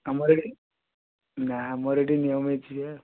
ଆମର ଏଠି ନା ଆମର ଏଠି ନିୟମ ହେଇଛି ଯେ